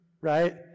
Right